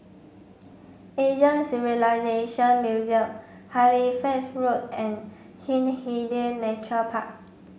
Asian Civilisation Museum Halifax Road and Hindhede Nature Park